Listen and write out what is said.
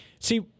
See